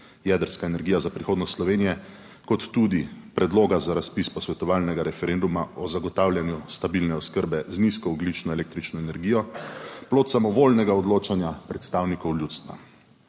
Jedrska energija za prihodnost Slovenije kot tudi predloga za razpis posvetovalnega referenduma o zagotavljanju stabilne oskrbe z nizkoogljično električno energijo, plod samovoljnega odločanja predstavnikov ljudstva.